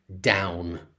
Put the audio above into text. down